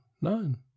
none